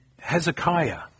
Hezekiah